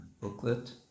booklet